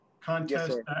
contest